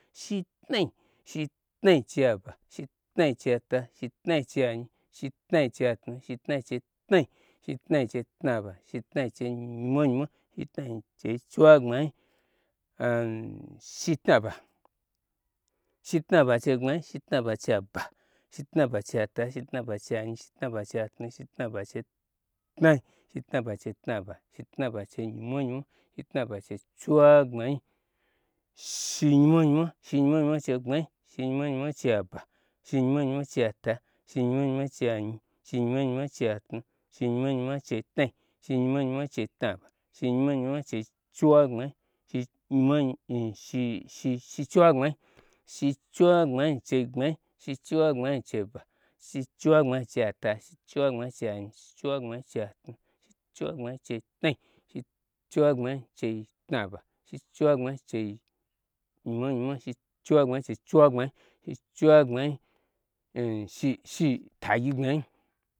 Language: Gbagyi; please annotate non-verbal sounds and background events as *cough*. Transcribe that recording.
Shi tnai, shi tnai chei aba shi tna chei ata, shitnai che anyi, shitnai che atnu shitnai chei tna, shitnai chei tna ba, shi tnai chei nyimwa nyi mwa, shitnai chei chiew gbma yi *hesitation* shitna ba. Shitnaba chei gbmanyi, shi tnaba chei aba, shitnaba chei ata, shitnaba chei anyi, shitnaba chei atnu, shitnaba chei nyi mwanyi mwa, shitna ba chei chi wa gbma nyi. Shi nyi mwanyi mwa, shi nyi mwa nyimwa n chi gbmanyi, shi nyi mwa nyi mwan chei aba, shi nyimwa nyimwa chei ata, shi nyi mwa nyi mwan chei aba, shi nyimwa nyimwa chei ata, shi nyi mwa nyi mwa chei anyi, shi nyi mwa nyi mwa chei atnu, shi nyi mwa nyimwa chei tnai shi nyi mwa nyi mwa chei tnaba, shi nyi mwa shi nyi mwa nyi mwa n chei shi wagbamnyi *hesitation* shi chiwagbmanyi. Shi chiwagbmanyi chei gbmanyi, shi chiwa gbmanyi n cheiaba, shi chiwagbmanyi nchei ata, shi chiwagbamanyinchei anyi, shi chi wagbmanyi chei atnu, shichiwa gbmanyi chei tnai, shi chiwagbmanyi chei tna ba, shi chiwa gbmanyi chei nyi mwanyi mwa, shi chi wagbmanyi chei chi wa gbmanyi *unintelligible* tagyi gbmanyi